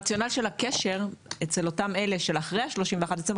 הרציונל של הקשר אצל אותם אלה של אחרי ה-31 בדצמבר